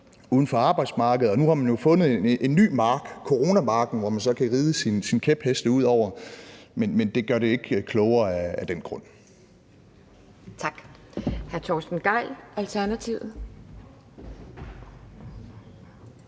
uden for arbejdsmarkedet. Nu har man jo fundet en ny mark, coronamarken, som man så kan ride sine kæpheste ud over. Men det gør det ikke klogere af den grund. Kl. 10:41 Anden næstformand